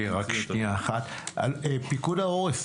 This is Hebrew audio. פיקוד העורף,